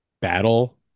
battle